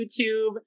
YouTube